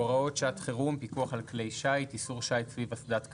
הוראות שעת חירום (פיקוח על כלי שיט) (איסור שיט סביב אסדת כריש),